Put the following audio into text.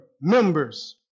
members